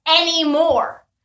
anymore